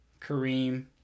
Kareem